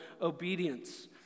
obedience